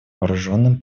вооруженным